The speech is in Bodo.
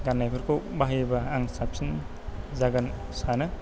गान्नायफोरखौ बाहायोबा आं साबसिन जागोन सानो